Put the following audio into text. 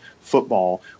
Football